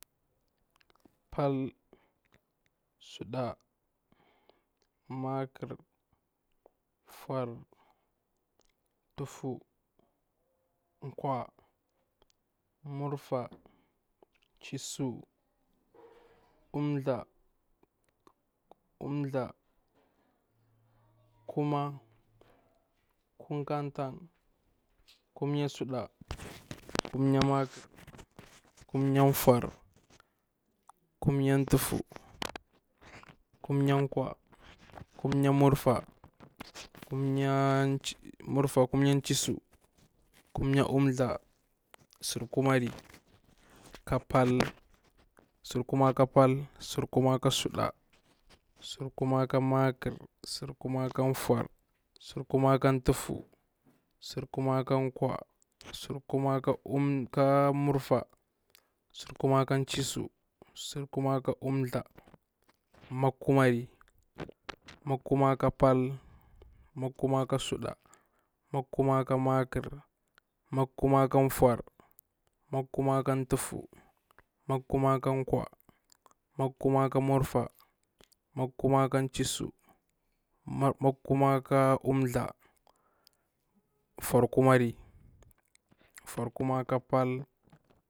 Pal, suɗa, makar, fur, tufu, kwa, murfa, chisu, umthla, kuma, kunka than, kumnya suɗa, kunnnya makar, kum nya fur, kumnya, tufu, kum nya kwa, kumnya murta, kumnya chisu, kumnya umthla, surkumari, surkuma ka pal, surkuma ka pal, sukuma ka suɗa, surkuma ka makar, surkuma ka fur, surkuma ka tufu, surkuma ka kwa, surkuma ka murfa, surkuma chi su, surkuma ka ulthla, maku mari, makuma ka pal, makuma ka suɗa, makuma ka makar, makuma, ka fur, makuma ka tufu, makuma ka kwa, makuma ka murta, makuwa ka chisu, makuma ka ulthla, furkumari, furkuma ka pal